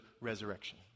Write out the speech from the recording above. resurrection